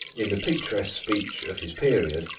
in the picturesque speech of his period,